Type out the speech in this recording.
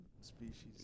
species